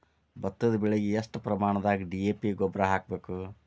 ಭತ್ತದ ಬೆಳಿಗೆ ಎಷ್ಟ ಪ್ರಮಾಣದಾಗ ಡಿ.ಎ.ಪಿ ಗೊಬ್ಬರ ಹಾಕ್ಬೇಕ?